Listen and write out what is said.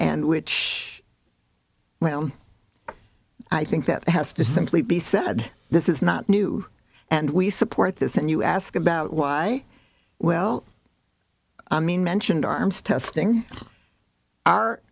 and which i think that has to simply be said this is not new and we support this and you ask about why well i mean mentioned arms testing